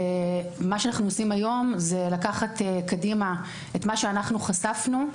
ומה שאנחנו עושים היום זה לקחת קדימה את מה שאנחנו חשפנו.